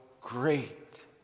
great